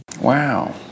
Wow